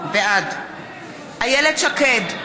בעד איילת שקד,